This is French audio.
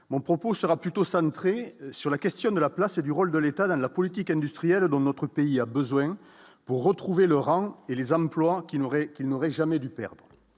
mon propos sera plutôt cintré sur la question de la place et du rôle de l'État dans la politique industrielle dans notre pays a besoin pour retrouver leur rang et les employes qui n'aurait qu'il n'aurait jamais dû perdre